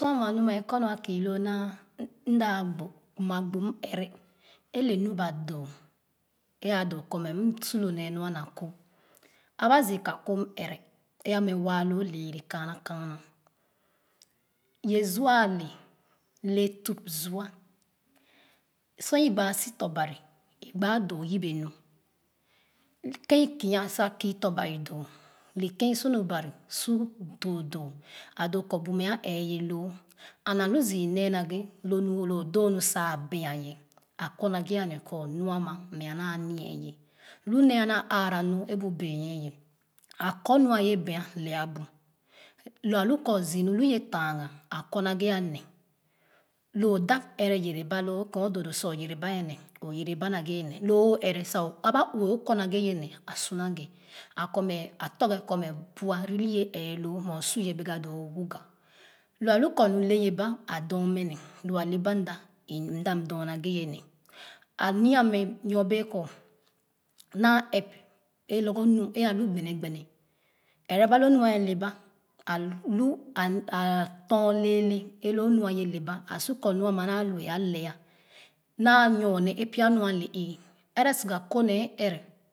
Sor mue mu mɛ kɔ nu akii loo naa m naa gbo kpa gbo m ɛrɛ e le nu ba doo e doo kɔ mɛ m su lo nee nua na ko. Aba zii a ko m ɛrɛ e a mɛ waa loo lɛɛlɛ kaana kaana ye zua ale le tup zua sor i gbaa sitɔ̄ bari igbaa doo yap bee nu ken kia sa kii tɔ̄ bari igbaa doo yap bee nu ken kia sa kii tɔ̄ barj doo leke isu nu bari su buun doo a doo kor bu mɛ a ɛɛ ye loo and alu zii nee naghe lonu loo doo nu sa bea ye a kor na ghe ale kor nu ama mɛ a naa nia ye lu nee a naa arara nu bu benyie ye a kor nu a ye bɛa lɛa bu la alu kor zii nu lu ye tanga a kor na ghe nee lo o da ɛrɛ yere ba loo keh o doo doo sa oyere ba ne oyera ba nagha nee lo o ɛrɛ sa aba uẹ okornaghe ye ne a su nagha a kormɛ a torghe kor mɛ bu do ye ɛɛloo mɛ o su ye bɛga doo o wuga lo a lu kor nu le ye ba a dor mɛ ne lua le ba mda mda dorna ghɛ yw ne a nii mɛ myo bee kor naa ɛp é lorgor nu é alu gbene gbene ɛrɛ ba loo nu e ale ba alu atom lɛɛlɛ loonu a ye leba a su kor mua ma nu alue a lɛɛ naa nyone a pya nu ale ẹe ɛrɛ siga ko nee ɛrɛ